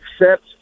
accept